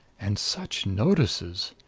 and such notices!